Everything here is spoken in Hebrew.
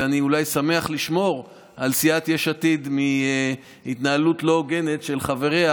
ואני אולי שמח לשמור על סיעת יש עתיד מהתנהלות לא הוגנת של חבריה